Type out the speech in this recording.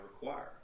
require